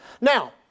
Now